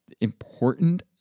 important